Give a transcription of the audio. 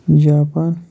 Japan